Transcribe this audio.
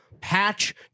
patch